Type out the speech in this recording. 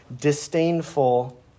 disdainful